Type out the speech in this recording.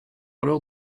alors